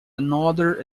another